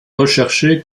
recherché